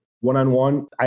one-on-one